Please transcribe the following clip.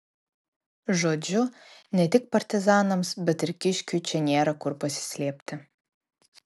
žodžiu ne tik partizanams bet ir kiškiui čia nėra kur pasislėpti